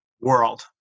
world